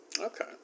Okay